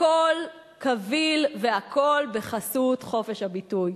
הכול קביל והכול בחסות חופש הביטוי.